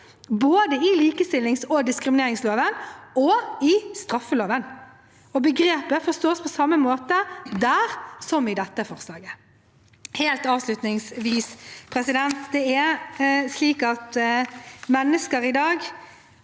både i likestillings- og diskrimineringsloven og i straffeloven, og begrepet forstås på samme måte der som i dette forslaget. Helt avslutningsvis: Det er mennesker i dag